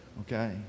okay